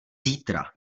zítra